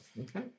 Okay